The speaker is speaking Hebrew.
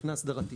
מבחינה הסדרתית.